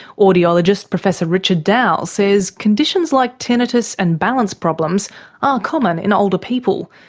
audiologist, professor richard dowell says conditions like tinnitus and balance problems are common in older people,